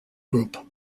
group